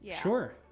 sure